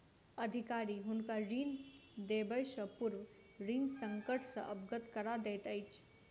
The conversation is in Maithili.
अधिकारी हुनका ऋण देबयसॅ पूर्व ऋण संकट सॅ अवगत करा दैत अछि